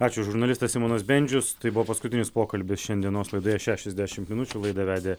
ačiū žurnalistas simonas bendžius tai buvo paskutinis pokalbis šiandienos laidoje šešiasdešimt minučių laidą vedė